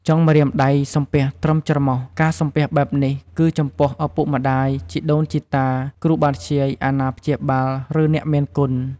ចុងម្រាមដៃសំពះត្រឹមច្រមុះ ការសំពះបែបនេះ គឺចំពោះឳពុកម្តាយ ជីដូនជីតា គ្រូបាធ្យាយ អាណាព្យាបាល ឬ អ្នកមានគុណ។